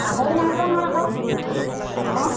পাহৰি নাই যোৱা নহয় আকৌ অঁ